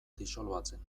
disolbatzen